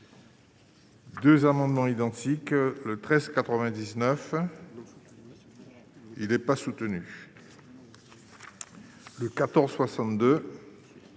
2 amendements identiques, le 13 99, il n'est pas soutenu le 14 62,